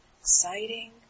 exciting